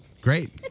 Great